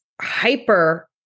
hyper